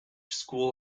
school